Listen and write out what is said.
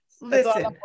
Listen